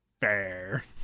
Fair